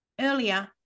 earlier